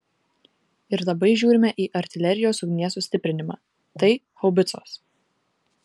ir labai žiūrime į artilerijos ugnies sustiprinimą tai haubicos